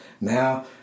now